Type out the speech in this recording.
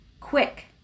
quick